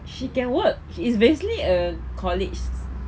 she can work she is basically a college